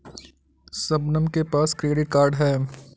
शबनम के पास credit card है